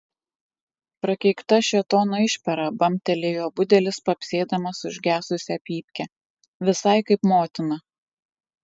prakeikta šėtono išpera bambtelėjo budelis papsėdamas užgesusią pypkę visai kaip motina